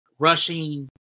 Rushing